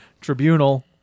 tribunal